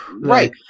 right